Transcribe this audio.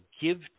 give